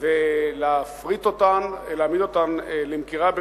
המדינה ולהפריט אותן, להעמיד אותן למכירה.